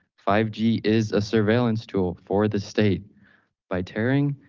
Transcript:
five g is a surveillance tool for the state by tearing,